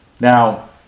Now